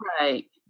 Right